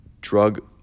Drug